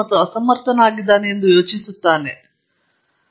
ನಾನು ಸಮಸ್ಯೆಯನ್ನು ಬಗೆಹರಿಸಲು ಸಾಧ್ಯವಾದರೆ ನಾನು ಏಕೆ ವಿದ್ಯಾರ್ಥಿಗಳನ್ನು ತೆಗೆದುಕೊಳ್ಳುತ್ತೇನೆ